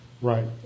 Right